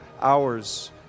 hours